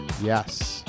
yes